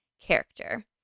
character